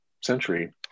century